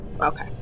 Okay